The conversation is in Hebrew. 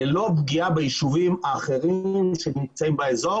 ללא פגיעה בישובים האחרים שנמצאים באזור